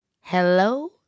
hello